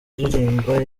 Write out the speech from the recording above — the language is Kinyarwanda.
aririmba